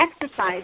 exercise